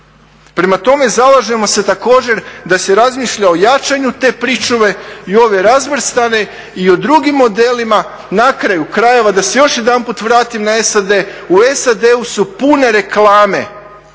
Prema tome, zalažemo se također da se razmišljanja o jačanju te pričuve i ove razvrstane i o drugim modelima. Na kraju krajeva da se još jednom vratim na SAD u SAD-u su pune reklame